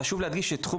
חשוב להדגיש שתחום